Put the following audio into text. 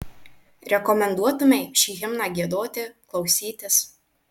rekomenduotumei šį himną giedoti klausytis